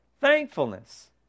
thankfulness